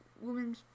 women